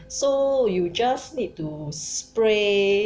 so you just need to spray